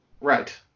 Right